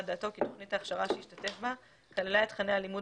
דעתו כי תוכנית ההכשרה שהשתתף בה כללה את תכני הלימוד